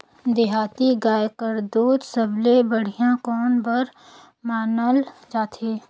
देहाती गाय कर दूध सबले बढ़िया कौन बर मानल जाथे?